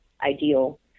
ideal